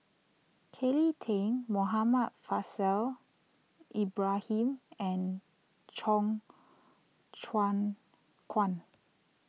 Kelly Tang Muhammad Faishal Ibrahim and Cheong Choong Kong